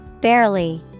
Barely